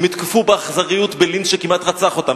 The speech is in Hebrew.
הם נתקפו באכזריות בלינץ' שכמעט רצח אותם,